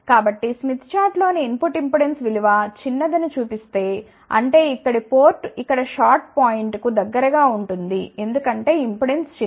కాబట్టి స్మిత్ చార్టులోని input impedance విలువ చిన్న దని చూపిస్తే అంటే ఇక్కడి పోర్ట్ ఇక్కడ షార్ట్ పాయింట్ కు దగ్గరగా ఉంటుంది ఎందుకంటే ఇంపెడెన్స్ చిన్నది